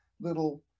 little